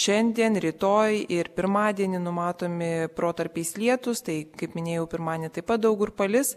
šiandien rytoj ir pirmadienį numatomi protarpiais lietūs tai kaip minėjau pirmadienį taip pat daug kur palis